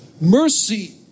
Mercy